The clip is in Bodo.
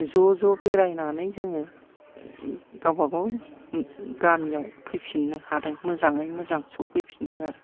ज' ज' बेरायनानै जोङो गावबा गाव गामियाव फैफिननो हादों मोजाङैनो मोजां सौफैफिनदों आरो